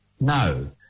no